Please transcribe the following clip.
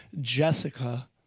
Jessica